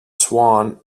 swan